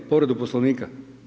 Povredu Poslovnika?